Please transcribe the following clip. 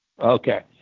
okay